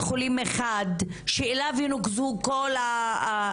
חולים אחד שאליו ינוקזו כל ההסתכלויות.